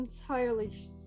entirely